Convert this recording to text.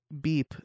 beep